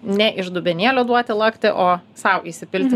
ne iš dubenėlio duoti lakti o sau įsipilti